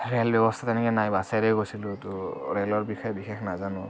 rail ব্যৱস্থা তেনেকে নাই বাছেৰে গৈছিলোঁ ত' ৰেলৰ বিষয়ে বিশেষ নাজানোঁ